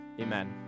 amen